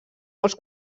molts